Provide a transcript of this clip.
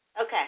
Okay